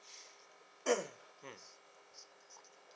mm